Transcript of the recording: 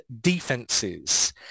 defenses